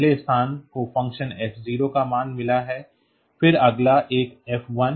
पहले स्थान को फ़ंक्शन f का मान मिला है फिर अगला एक f पर है अगला एक है f